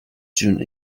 june